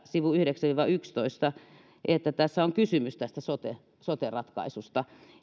sivuilla yhdeksän viiva yksitoista että tässä on kysymys sote sote ratkaisusta